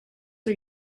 are